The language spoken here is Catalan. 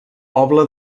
poble